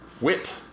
Wit